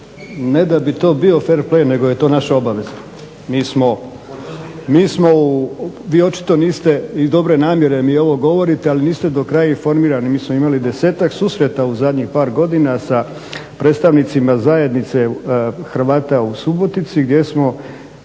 Ne da bi to bio fer plej, nego je to naša obaveza. Mi smo, vi očito niste iz dobre namjere mi ovo govorite, ali niste do kraja informirani. Mi smo imali desetak susreta u zadnjih par godina sa predstavnicima zajednice Hrvata u Subotici gdje smo